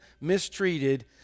mistreated